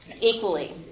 equally